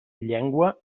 llengua